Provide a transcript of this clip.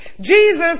Jesus